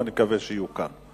ואני מקווה שיהיו כאן.